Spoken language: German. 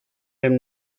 dem